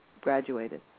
graduated